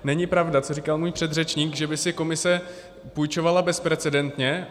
Není pravda, co říkal můj předřečník, že by si Komise půjčovala bezprecedentně.